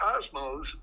cosmos